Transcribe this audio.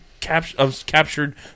Captured